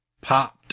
popped